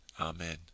Amen